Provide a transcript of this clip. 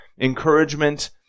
encouragement